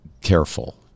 careful